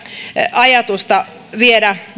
ajatusta viedä